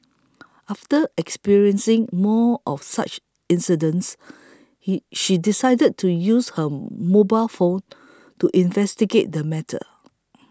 after experiencing more of such incidents he she decided to use her mobile phone to investigate the matter